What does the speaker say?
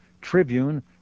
tribune